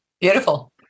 Beautiful